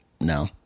No